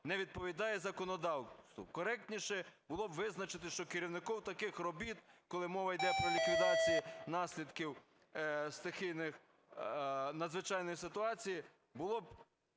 не відповідає законодавству. Коректніше було б визначити, що керівником таких робіт, коли мова йде про ліквідацію наслідків стихійних… надзвичайної ситуації, було б